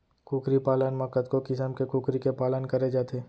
कुकरी पालन म कतको किसम के कुकरी के पालन करे जाथे